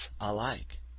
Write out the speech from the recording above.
alike